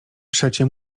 przecie